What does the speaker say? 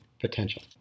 potential